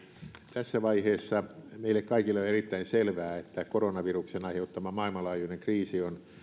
tässä vaiheessa meille kaikille on erittäin selvää että koronaviruksen aiheuttama maailmanlaajuinen kriisi on